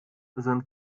sind